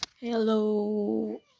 hello